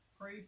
Pray